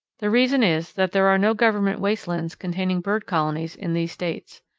the reason is that there are no government waste lands containing bird colonies in these states.